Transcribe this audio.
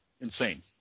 insane